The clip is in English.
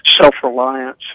self-reliance